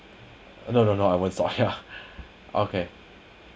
no no no I was on yeah okay